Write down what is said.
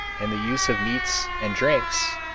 in the use of meats and drinks,